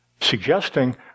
suggesting